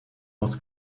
was